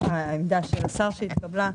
עמדת השר שהתקבלה.